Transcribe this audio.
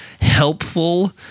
helpful